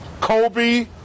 Kobe